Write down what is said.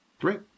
Great